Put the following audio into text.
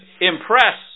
impress